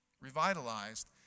Revitalized